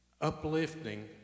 uplifting